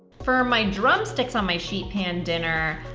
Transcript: for my drumsticks on my sheet pan dinner,